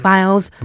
Files